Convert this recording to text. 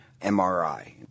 MRI